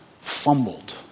fumbled